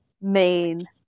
main